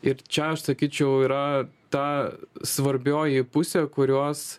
ir čia aš sakyčiau yra ta svarbioji pusė kurios